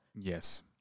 Yes